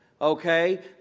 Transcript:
Okay